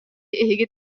эһиги